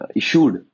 issued